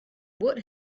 what